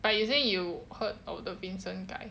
but you said you heard of the vincent guy